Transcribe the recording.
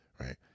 right